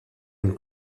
une